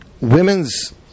women's